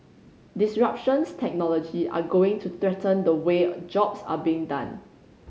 disruptions technology are going to threaten the way jobs are being done